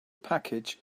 package